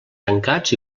tancats